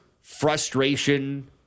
frustration